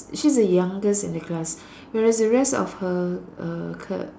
she's the youngest in the class whereas the rest of her uh ke~